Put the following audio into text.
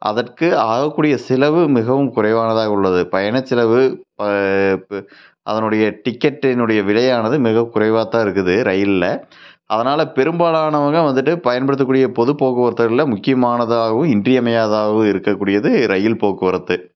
அதற்கு ஆகக்கூடிய செலவு மிகவும் குறைவானதாக உள்ளது பயணச் செலவு ப அதனுடைய டிக்கெட்டினுடைய விலையானது மிகவும் குறைவாக தான் இருக்குது ரயிலில் அதனால் பெரும்பாலானவங்க வந்துட்டு பயன்படுத்தக்கூடிய பொது போக்குவரத்துகளில் முக்கியமானதாகவும் இன்றியமையாததாகவும் இருக்கக்கூடியது ரயில் போக்குவரத்து